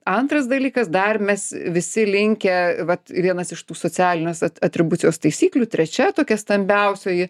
antras dalykas dar mes visi linkę vat vienas iš tų socialinės a atribucijos taisyklių trečia tokia stambiausioji